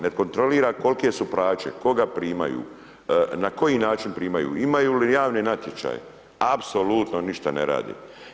Ne kontrolira kolike su plaće, koga primaju, na koji način primaju, imali ju javne natječaje, apsolutno ništa ne radi.